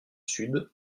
sud